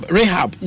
Rehab